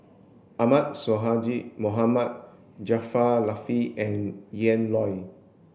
Ahmad Sonhadji Mohamad Jaafar Latiff and Ian Loy